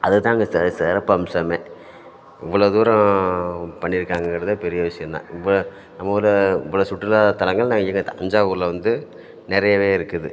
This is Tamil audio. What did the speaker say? அதுதான் அங்கே செ சிறப்பம்சமே இவ்வளோ தூரம் பண்ணியிருக்காங்கங்கிறதே பெரிய விஷயம் தான் இவ்வளோ நம்ம ஊரில் இவ்வளோ சுற்றுலாத்தலங்கள் நிறைய தஞ்சாவூரில் வந்து நிறையவே இருக்குது